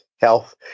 health